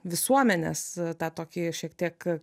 visuomenės tą tokį šiek tiek